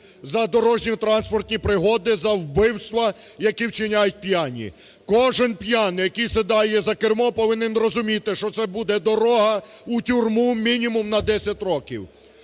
за дорожні транспортні пригоди, за вбивства, які вчиняють п'яні. Кожен п'яний, який сідає за кермо, повинен розуміти, що це буде дорога у тюрму мінімум на 10 років.